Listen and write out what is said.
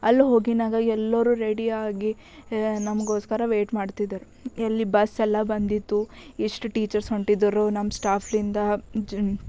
ಅಲ್ಲಿ ಹೋಗಿನಾಗ ಎಲ್ಲರು ರೆಡಿಯಾಗಿ ನಮಗೋಸ್ಕರ ವೇಯ್ಟ್ ಮಾಡ್ತಿದ್ದರು ಎಲ್ಲಿ ಬಸ್ಸೆಲ್ಲ ಬಂದಿತ್ತು ಇಷ್ಟು ಟೀಚರ್ಸ್ ಹೊಂಟಿದ್ದರು ನಮ್ಮ ಸ್ಟಾಫ್ನಿಂದ ಜುನ್